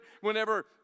whenever